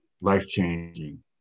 life-changing